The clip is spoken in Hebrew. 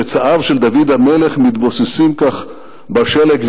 צאצאיו של דוד המלך מתבוססים כך בשלג,